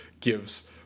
gives